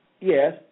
yes